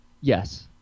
Yes